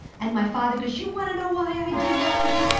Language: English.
and my father goes, you want to know why i did what i did!